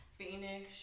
Phoenix